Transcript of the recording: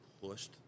pushed